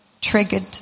triggered